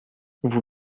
vous